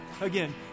Again